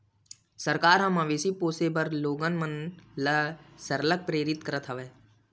सरकार ह मवेशी पोसे बर लोगन मन ल सरलग प्रेरित करत हवय